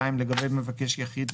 לגבי מבקש יחיד,